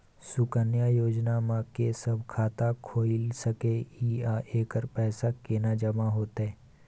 सुकन्या योजना म के सब खाता खोइल सके इ आ एकर पैसा केना जमा होतै?